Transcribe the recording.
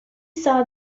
saw